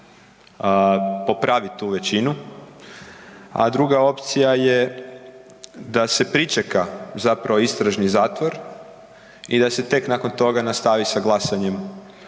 popravi tu većinu, a druga opcija je da se pričeka zapravo istražni zatvor i da se tek nakon toga nastavi sa glasanjem